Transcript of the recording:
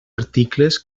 articles